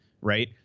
right